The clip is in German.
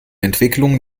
entwicklung